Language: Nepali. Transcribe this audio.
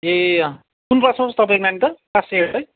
ए अँ कुन क्लासमा पो छ तपाईँको नानी त क्लास एट है